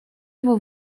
его